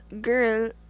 girl